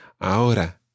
Ahora